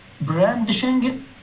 brandishing